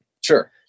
Sure